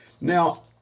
Now